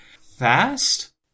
fast